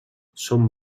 som